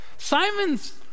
Simon's